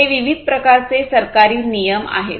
हे विविध प्रकारचे सरकारी नियम आहेत